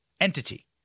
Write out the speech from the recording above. entity